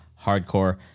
Hardcore